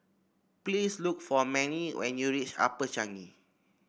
please look for Mannie when you reach Upper Changi